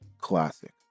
classic